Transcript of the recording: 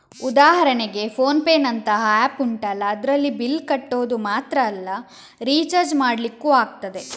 ಉದಾಹರಣೆಗೆ ಫೋನ್ ಪೇನಂತಹ ಆಪ್ ಉಂಟಲ್ಲ ಅದ್ರಲ್ಲಿ ಬಿಲ್ಲ್ ಕಟ್ಟೋದು ಮಾತ್ರ ಅಲ್ಲ ರಿಚಾರ್ಜ್ ಮಾಡ್ಲಿಕ್ಕೂ ಆಗ್ತದೆ